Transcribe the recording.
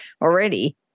already